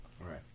Right